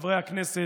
בדיוק.